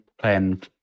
playing